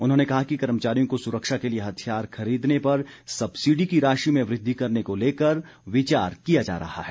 उन्होंने कहा कि कर्मचारियों को सुरक्षा के लिए हथियार खरीदने पर सब्सिडी की राशि में वृद्धि करने को लेकर विचार किया जा रहा है